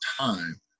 time